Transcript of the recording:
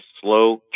slow